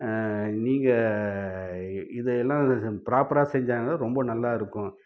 நீங்கள் இதையெல்லாம் ஃப்ராப்பராக செஞ்சாங்கனால் ரொம்ப நல்லாயிருக்கும்